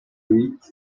huit